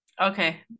Okay